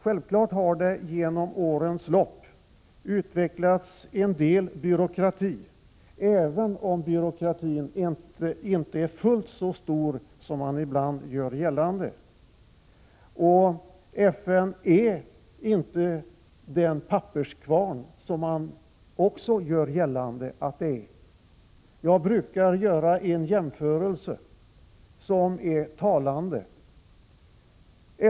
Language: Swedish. Självfallet har det genom årens lopp utvecklats en byråkrati, även om den inte är fullt så stor som man ibland gör gällande. FN är inte den papperskvarn som det har hävdats. Jag brukar göra en jämförelse som är talande.